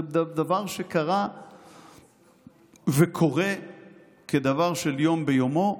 זה דבר שקרה וקורה כדבר של יום ביומו.